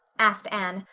asked anne,